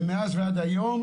ומאז ועד היום